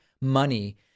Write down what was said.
money